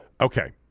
Okay